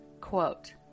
quote